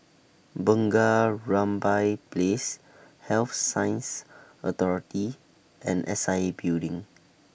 Bunga Rampai Place Health Sciences Authority and S I A Building